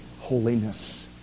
holiness